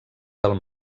del